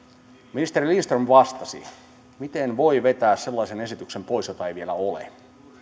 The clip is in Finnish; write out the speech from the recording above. ministeri lindström vastasi miten voi vetää sellaisen esityksen pois jota ei vielä ole